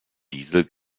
diesel